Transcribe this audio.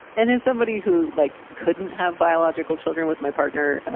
and as somebody who, like, couldn't have biological children with my partner,